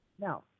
Now